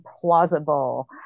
plausible